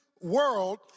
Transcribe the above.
world